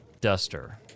Duster